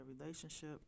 relationship